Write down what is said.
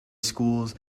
schools